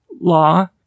law